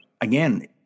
again